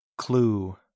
Clue